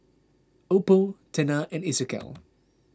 Oppo Tena and Isocal